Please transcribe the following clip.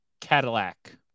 Cadillac